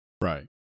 Right